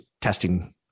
testing